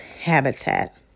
habitat